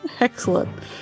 Excellent